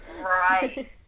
Right